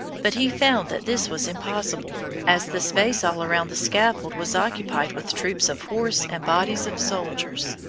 but he found that this was impossible, as the space all around the scaffold was occupied with troops of horse and bodies of soldiers,